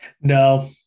no